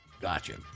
Gotcha